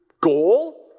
goal